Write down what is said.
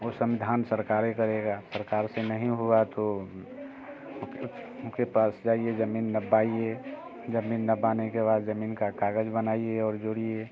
वो संविधान सरकारें करेंगी सरकार से नहीं हुआ तो उसके पास जाइए ज़मीन नपाइए ज़मीन नपाने के बाद ज़मीन के कागज़ बनाइए और जोड़िए